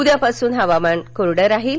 उद्यापासून हवामान कोरडं राहील